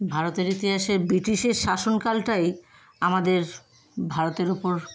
ভারতের ইতিহাসে ব্রিটিশের শাসনকালটাই আমাদের ভারতের উপর